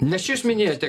nes čia jūs minėjote